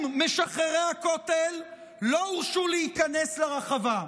הם, משחררי הכותל, לא הורשו להיכנס לרחבה,